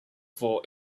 for